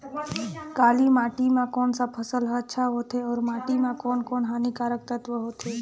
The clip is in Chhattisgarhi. काली माटी मां कोन सा फसल ह अच्छा होथे अउर माटी म कोन कोन स हानिकारक तत्व होथे?